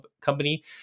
Company